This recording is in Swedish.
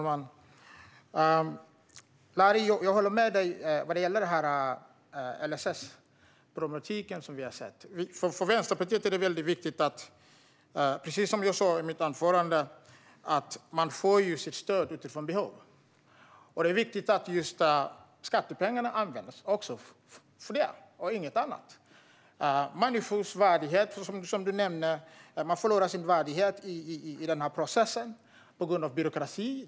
Fru talman! Jag håller med dig, Larry Söder, när det gäller LSS-problematiken. För Vänsterpartiet är det mycket viktigt att man får sitt stöd utifrån behov, precis som jag sa i mitt anförande. Det är viktigt att skattepengarna används för detta och ingenting annat. Som du sa förlorar människor sin värdighet i denna process på grund av byråkrati.